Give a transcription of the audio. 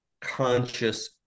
conscious